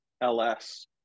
ls